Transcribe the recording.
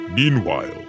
Meanwhile